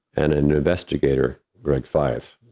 and an investigator, greg feith,